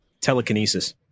Telekinesis